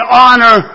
honor